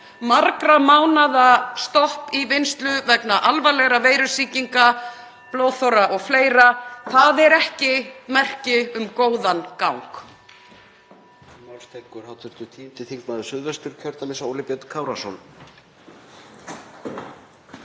margra mánaða stopp í vinnslu vegna alvarlegra veirusýkinga, blóðþorra og fleira. Það er ekki merki um góðan gang.